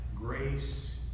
grace